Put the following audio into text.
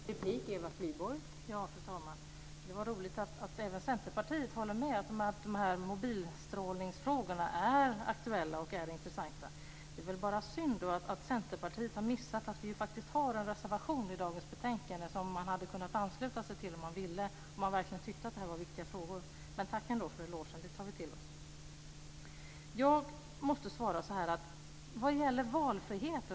Fru talman! Det är roligt att även ni i Centerpartiet håller med om att frågan om strålning från mobiltelefoner är aktuell och intressant. Det är bara synd att ni i Centerpartiet har missat att vi har en reservation i dagens betänkande som ni hade kunnat ansluta er till om ni ville och om ni verkligen tycker att detta är en viktig fråga. Men tack ändå för elogen, den tar vi till oss.